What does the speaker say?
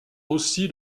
aussi